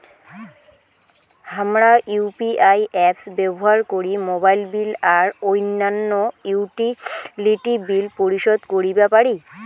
হামরা UPI apps ব্যবহার করি মোবাইল বিল আর অইন্যান্য ইউটিলিটি বিল পরিশোধ করিবা পারি